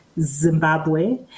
zimbabwe